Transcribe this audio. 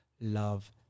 love